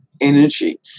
energy